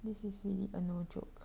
this is really a no joke